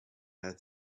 had